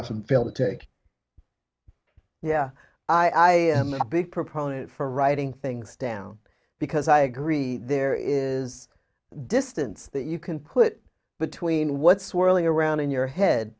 often fail to take yeah i am a big proponent for writing things down because i agree there is distance that you can put between what's swirling around in your head